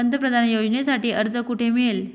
पंतप्रधान योजनेसाठी अर्ज कुठे मिळेल?